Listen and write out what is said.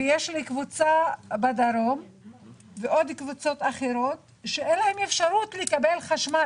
ויש לי קבוצה בדרום ועוד קבוצות אחרות שאין להן אפשרות לקבל חשמל.